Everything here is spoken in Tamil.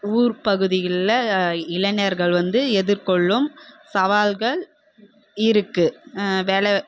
ஊர் பகுதிகளில் இளைஞர்கள் வந்து எதிர் கொள்ளும் சவால்கள் இருக்கு வேலை